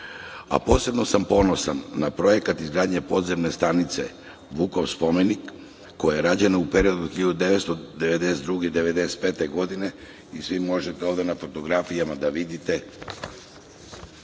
državi. Posebno sam ponosan na projekat izgradnje podzemne stanice Vukov spomenik koja je rađena u periodu od 1992. do 1995. godine i možete na fotografijama da vidite,